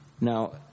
now